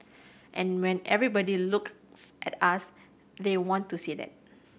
and when everybody looks at us they want to see that